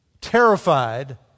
terrified